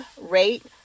rate